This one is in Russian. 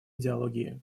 идеологии